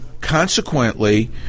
consequently